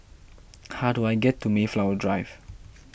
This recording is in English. how do I get to Mayflower Drive